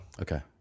okay